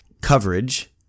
coverage